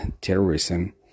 terrorism